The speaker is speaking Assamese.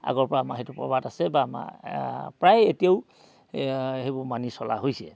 আগৰ পৰা আমাৰ সেইটো প্ৰবাদ আছে বা আমাৰ প্ৰায় এতিয়াও সেইবোৰ মানি চলা হৈছে